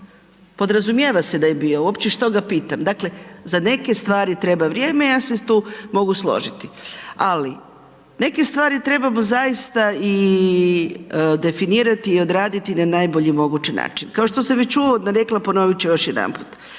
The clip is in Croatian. podrazumijeva se da je bio, uopće što ga pitam. Dakle, za neke stvari treba vrijeme, ja se tu mogu složiti. Ali, neke stvari trebamo zaista i definirati i odraditi na najbolji mogući način. Kao što sam već uvodno rekla, ponovit ću još jedanput,